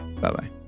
bye-bye